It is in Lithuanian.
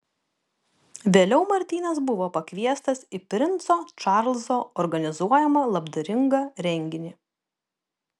vėliau martynas buvo pakviestas į princo čarlzo organizuojamą labdaringą renginį